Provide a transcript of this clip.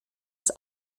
ist